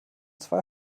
zwei